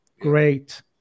Great